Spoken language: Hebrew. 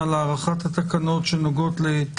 הארכת תקנות סמכויות מיוחדות להתמודדות עם נגיף